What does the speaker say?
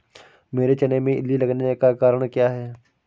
मेरे चने में इल्ली लगने का कारण क्या है?